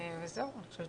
אני חושבת